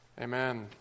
Amen